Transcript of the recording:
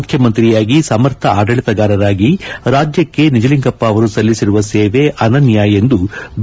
ಮುಖ್ಯಮಂತ್ರಿಯಾಗಿ ಸಮರ್ಥ ಆಡಳಿತಗಾರರಾಗಿ ರಾಜ್ಯಕ್ಕೆ ನಿಜಲಿಂಗಪ್ಪ ಅವರು ಸಲ್ಲಿಸಿರುವ ಸೇವೆ ಅನನ್ಯ ಎಂದೂ ಬಿ